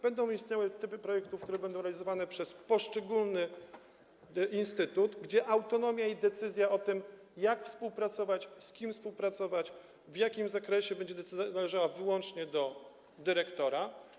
Będą istniały projekty, które będą realizowane przez poszczególne instytuty, w przypadku których autonomia i decyzja o tym, jak współpracować, z kim współpracować, w jakim zakresie, będzie należała wyłącznie do dyrektora.